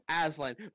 Aslan